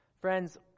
Friends